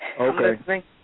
Okay